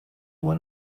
one